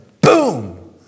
boom